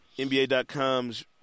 NBA.com's